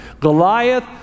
Goliath